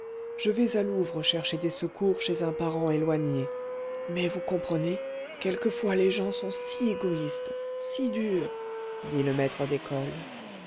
je vais à louvres chercher des secours chez un parent éloigné mais vous comprenez quelquefois les gens sont si égoïstes si durs dit le maître d'école